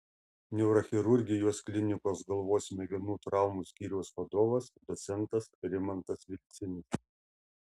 neurochirurgijos klinikos galvos smegenų traumų skyriaus vadovas docentas rimantas vilcinis